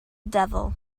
devil